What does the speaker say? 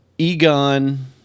Egon